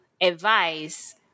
advice